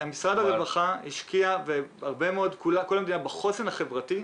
משרד הרווחה השקיע בחוסן החברתי.